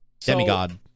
demigod